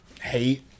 hate